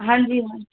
ਹਾਂਜੀ